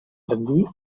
rendir